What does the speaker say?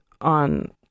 on